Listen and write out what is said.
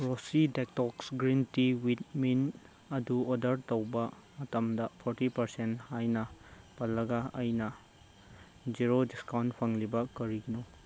Rishi detox green tea with mint ꯑꯗꯨ order ꯇꯧꯕ ꯃꯇꯝꯗ ꯐꯣꯔꯇꯤ ꯄꯥꯔꯁꯦꯟ ꯍꯥꯏꯅ ꯄꯜꯂꯒ ꯑꯩꯅ ꯖꯦꯔꯣ ꯗꯤꯁꯀꯥꯎꯟ ꯐꯪꯂꯤꯕ ꯀꯔꯤꯒꯤꯅꯣ